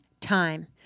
time